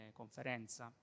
conferenza